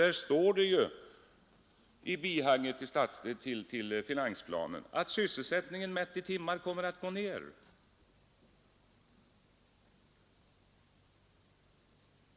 Det står i bihanget till finansplanen att sysselsättningen mätt i timmar kommer att gå ned.